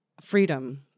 freedom